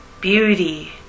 Beauty